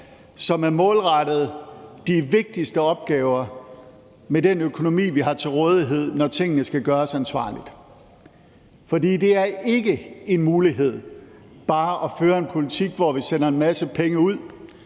som er målrettet de vigtigste opgaver, med den økonomi, vi har til rådighed, når tingene skal gøres ansvarligt. For det er ikke en mulighed bare at føre en politik, hvor vi sender en masse penge ud,